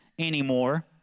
anymore